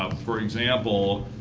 um for example,